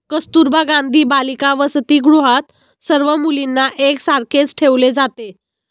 कस्तुरबा गांधी बालिका वसतिगृहात सर्व मुलींना एक सारखेच ठेवले जाते